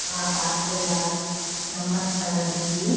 आप आकर इलाज़ नम्बर लगा दीजिए